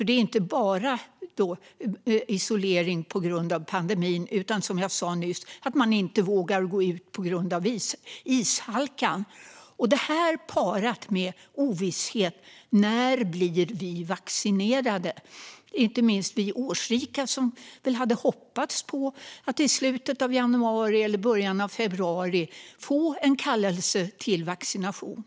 Det är inte bara isolering på grund av pandemin utan också, som jag sa nyss, för att man inte vågar gå ut på grund av ishalkan. Detta är parat med ovissheten om när vi blir vaccinerade. Inte minst vi årsrika hade hoppats på att i slutet av januari eller i början av februari få en kallelse till vaccination.